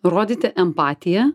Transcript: rodyti empatiją